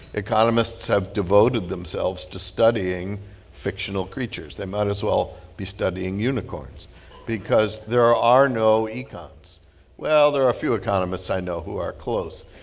economists have devoted themselves to studying fictional creatures. they might as well be studying unicorns because there are are no econs well, there are a few economists i know who are close.